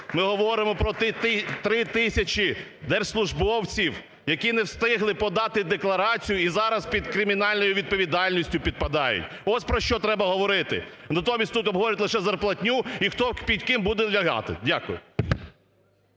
Ми говоримо про ті три тисячі держслужбовців, які не встигли подати декларацію, і зараз під кримінальну відповідальність підпадають. Ось про що треба говорити. А натомість тут обговорюють лише зарплатню і хто під ким буде лягати. Дякую.